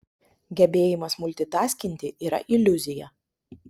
gebėjimas multitaskinti yra iliuzija